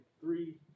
three